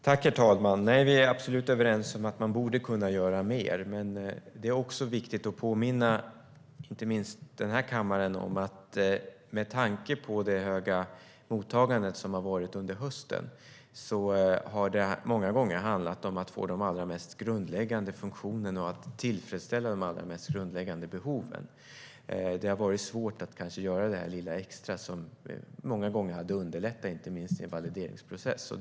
Herr talman! Vi är absolut överens om att man borde kunna göra mer, men det är också viktigt att påminna inte minst kammaren om att med tanke på det stora mottagandet som har varit under hösten har det många gånger handlat om att få de mest grundläggande funktionerna att fungera och att tillfredsställa de mest grundläggande behoven. Det har kanske varit svårt att göra det lilla extra som många gånger hade underlättat inte minst valideringsprocessen.